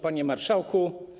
Panie Marszałku!